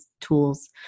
tools